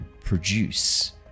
produce